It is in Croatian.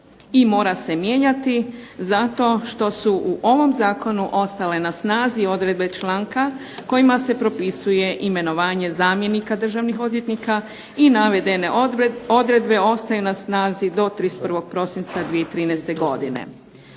i mora se mijenjati zato što su u ovom zakonu ostale na snazi odredbe članka kojima se propisuje imenovanje zamjenika državnih odvjetnika i navedene odredbe ostaju na snazi do 31. prosinca 2013. godine.